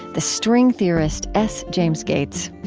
the string theorist s. james gates.